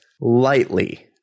lightly